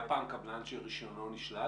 היה פעם קבלן שרישיונו נשלל?